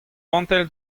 vantell